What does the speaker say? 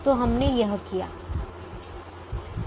तो हमने यह किया है